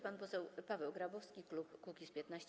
Pan poseł Paweł Grabowski, klub Kukiz’15.